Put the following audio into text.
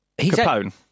Capone